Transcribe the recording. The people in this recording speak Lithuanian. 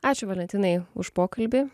ačiū valentinai už pokalbį